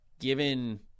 given